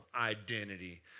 identity